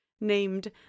named